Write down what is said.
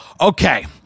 okay